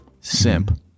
Simp